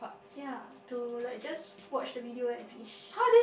ya to like just watch the video and finish